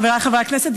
חבריי חברי הכנסת,